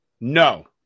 No